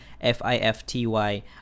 F-I-F-T-Y